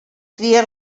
cries